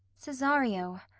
cesario,